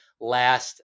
last